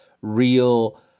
real